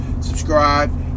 subscribe